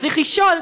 אז צריך לשאול,